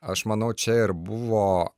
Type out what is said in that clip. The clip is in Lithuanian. aš manau čia ir buvo